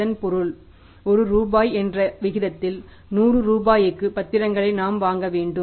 இதன் பொருள் ஒரு ரூபாய் என்ற விகிதத்தில் 100 ரூபாய்க்கு பத்திரங்களை நாம் வாங்க வேண்டும்